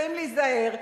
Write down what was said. צריכים להיזהר.